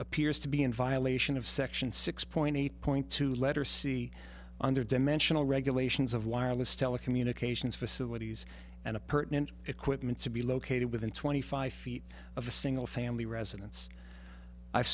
appears to be in violation of section six point eight point two letter c under dimensional regulations of wireless telecommunications facilities and a pertinent equipment to be located within twenty five feet of a single family residence i've